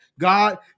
God